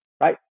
right